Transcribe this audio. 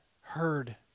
heard